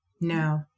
No